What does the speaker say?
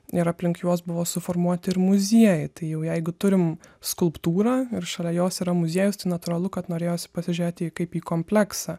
ir aplink juos buvo suformuoti ir muziejai tai jau jeigu turim skulptūrą ir šalia jos yra muziejus tai natūralu kad norėjosi pasižiūrėti kaip į kompleksą